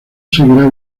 seguirá